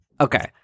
Okay